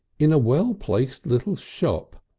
in a well-placed little shop,